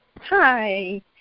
Hi